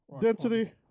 Density